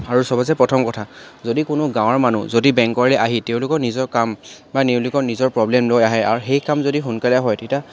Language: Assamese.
আৰু চবতছে প্ৰথম কথা যদি কোনো গাঁৱৰ মানুহ যদি বেংকলৈ আহি তেওঁলোকৰ নিজৰ কাম বা তেওঁলোকৰ নিজৰ প্ৰব্লেম লৈ আহে আৰু সেই কাম যদি সোনকালে হয় তেতিয়া